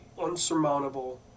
unsurmountable